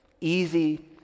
easy